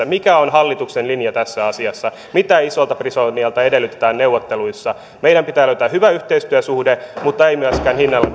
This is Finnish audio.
mikä on hallituksen linja tässä asiassa mitä isolta britannialta edellytetään neuvotteluissa meidän pitää löytää hyvä yhteistyösuhde mutta ei myöskään hinnalla